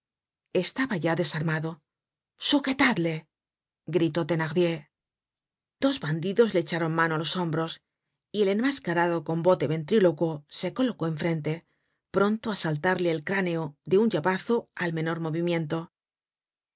estaba ya desarmado sujetadle gritó thenardier dos bandidos le echaron mano á los hombros y el enmascarado con voz de ventrílocuo se colocó en frente pronto á saltarle el cráneo de un llavazo al menor movimiento